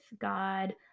God